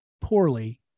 poorly